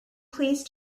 please